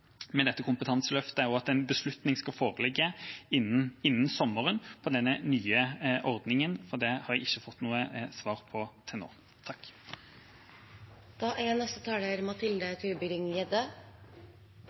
med dette kompetanseløftet, og at en beslutning skal foreligge innen sommeren på denne nye ordningen, for det har jeg ikke fått noe svar på til nå.